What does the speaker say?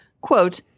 Quote